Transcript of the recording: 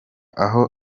aho